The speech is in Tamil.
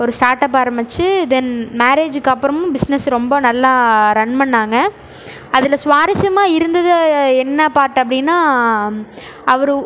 ஒரு ஸ்டார்ட் அப் ஆரம்பித்து தென் மேரேஜ்க்குப்புறமும் பிஸ்னஸ் ரொம்ப நல்லா ரன் பண்ணாங்க அதில் சுவாரஸ்யமாக இருந்தது என்ன பார்ட் அப்படின்னா அவர்